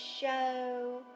show